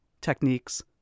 Techniques